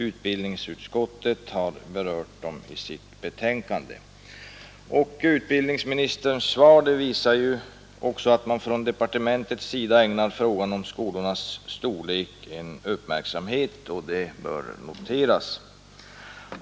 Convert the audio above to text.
Utbildningsutskottet har ju berört frågan i sitt betänkande nr 2, och utbildningsministerns svar visar att man också från departementets sida ägnar den uppmärksamhet; det bör noteras.